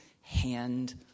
hand